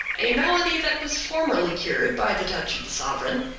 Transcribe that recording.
a malady that was formerly cured by the touch of the sovereign,